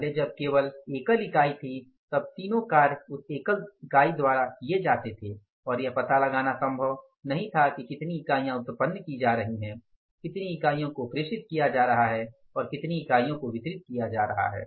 पहले जब केवल एकल इकाई थी तब तीनों कार्य उस एकल इकाई द्वारा किए जाते हैं और यह पता लगाना संभव नहीं है कि कितनी इकाइयाँ उत्पन्न की जा सकती हैं कितनी इकाइयों को प्रेषित किया जा रहा है और कितनी इकाइयों को वितरित किया जा रहा है